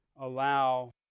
allow